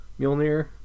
Mjolnir